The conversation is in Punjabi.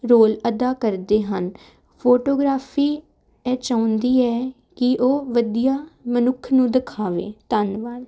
ਰੋਲ ਅਦਾ ਕਰਦੇ ਹਨ ਫੋਟੋਗ੍ਰਾਫੀ ਇਹ ਚਾਹੁੰਦੀ ਹੈ ਕਿ ਉਹ ਵਧੀਆ ਮਨੁੱਖ ਨੂੰ ਦਿਖਾਵੇ ਧੰਨਵਾਦ